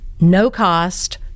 no-cost